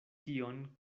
tion